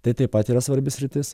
tai taip pat yra svarbi sritis